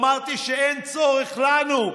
אמרתי שאין צורך לנו,